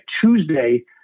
Tuesday